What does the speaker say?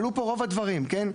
עלו פה רוב הדברים, כן?